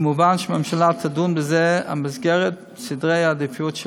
כמובן הממשלה תדון בזה במסגרת סדרי העדיפויות שלה,